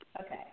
Okay